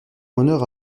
honneur